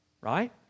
right